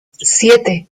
siete